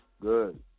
Good